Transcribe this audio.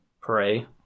pray